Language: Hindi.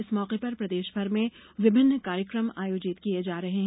इस मौके पर प्रदेष भर में विभिन्न कार्यक्रम आयोजित किए जा रहे हैं